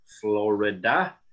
Florida